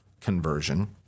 conversion